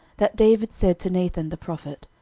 that david said to nathan the prophet,